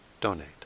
donate